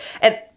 And-